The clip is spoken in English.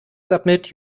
submit